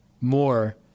more